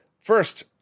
First